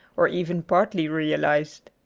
or even partly realized.